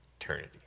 eternity